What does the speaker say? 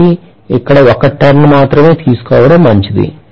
కాబట్టి ఇక్కడ ఒక టర్న్ మాత్రమే తీసుకోవడంమంచిది